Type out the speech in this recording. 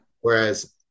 Whereas